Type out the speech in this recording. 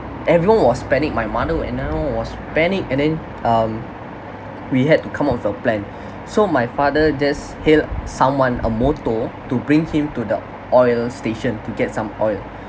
everyone was panic my mother and I was panic and then um we had to come up with a plan so my father just hailed someone a motor to bring him to the oil station to get some oil